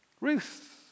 Ruth